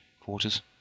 quarters